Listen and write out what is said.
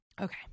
Okay